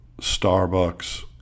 Starbucks